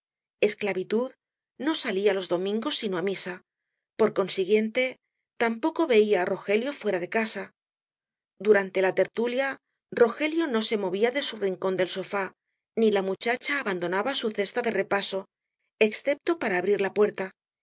esclavitud no salía los domingos sino á misa por consiguiente tampoco veía á rogelio fuera de casa durante la tertulia rogelio no se movía de su rincón del sofá ni la muchacha abandonaba su cesta de repaso excepto para abrir la puerta